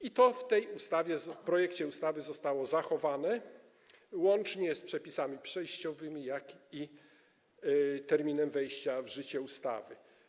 I to w tej ustawie, w tym projekcie ustawy zostało zachowane łącznie z przepisami przejściowymi i terminem wejścia w życie ustawy.